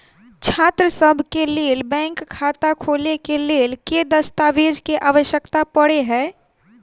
छात्रसभ केँ लेल बैंक खाता खोले केँ लेल केँ दस्तावेज केँ आवश्यकता पड़े हय?